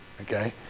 Okay